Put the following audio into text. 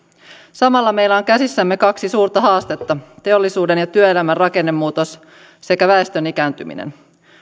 samalla meillä on käsissämme kaksi suurta haastetta teollisuuden ja työelämän rakennemuutos sekä väestön ikääntyminen